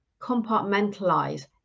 compartmentalize